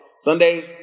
Sundays